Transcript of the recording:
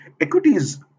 equities